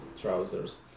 trousers